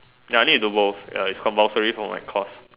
ya I need to go off ya it's compulsory for my course